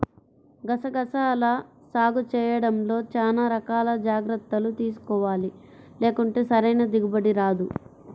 గసగసాల సాగు చేయడంలో చానా రకాల జాగర్తలు తీసుకోవాలి, లేకుంటే సరైన దిగుబడి రాదు